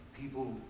people